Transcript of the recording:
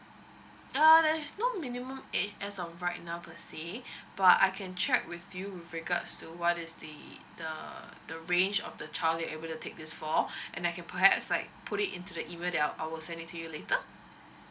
uh there is no minimum age as of right now per se but I can check with you with regards to what is the the range of the child that you are able to take this for and I can perhaps like put it into the email that I'll I will send it to you later